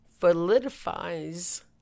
validifies